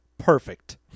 Perfect